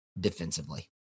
defensively